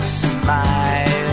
smile